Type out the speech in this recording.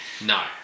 no